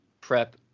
prep